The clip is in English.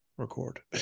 record